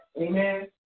Amen